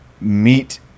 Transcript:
meet